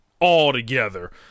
altogether